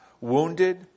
wounded